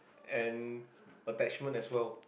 and attachment as well